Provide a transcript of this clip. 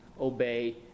obey